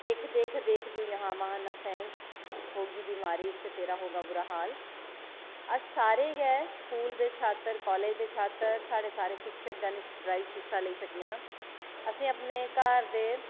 देख देख देख तूं जहां वहां ना फैंक होगी बिमारी इस से तेरा होगा तेरा बुरा हाल अस सारे गै स्कूल दे छात्र कालेज दे छात्र साढ़े सारे शिक्षक गण इस ड्राइव च हिस्सा लेई सकने आं असें ई अपने घर दे